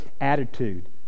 attitude